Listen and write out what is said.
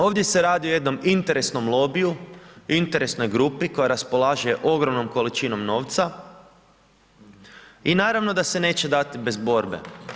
Ovdje se radi o jednom interesnom lobiju, interesnoj grupi koja raspolaže ogromnom količinom novca i naravno da se neće dati bez borbe.